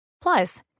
Plus